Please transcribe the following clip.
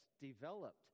developed